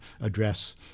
address